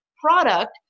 product